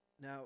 Now